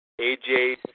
AJ